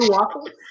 Waffles